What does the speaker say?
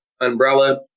Umbrella